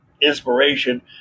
inspiration